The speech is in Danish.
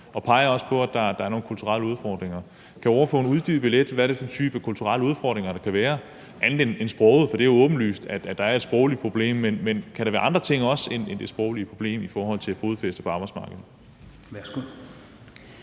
og peger på, at der er nogle kulturelle udfordringer. Kan ordføreren uddybe lidt, hvad det er for en type kulturelle udfordringer, der kan være, andet end sproget? For det er jo åbenlyst, at der er et sprogligt problem, men kan der også være andre ting end det sproglige problem i forhold til et fodfæste på arbejdsmarkedet?